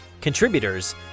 contributors